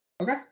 Okay